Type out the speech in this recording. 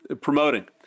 promoting